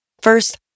First